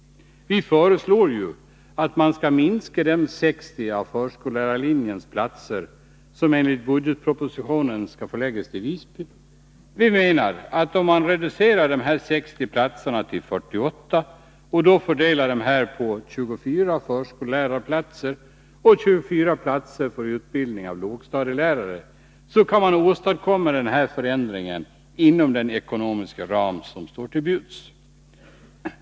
Vi föreslår ju att man skall minska de 60 platser på förskollärarlinjen som enligt budgetpropositionen skall förläggas till Visby. Vi menar att om man reducerar dessa 60 platser till 48 och fördelar dem på 24 förskollärarplatser och 24 platser för utbildning av lågstadielärare, så kan man åstadkomma förändringen inom de ekonomiska ramar som står till buds.